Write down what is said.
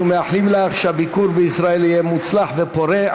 אנחנו מאחלים לך שהביקור בישראל יהיה מוצלח ופורה.